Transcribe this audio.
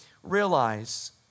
realize